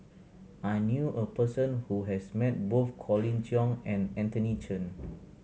I knew a person who has met both Colin Cheong and Anthony Chen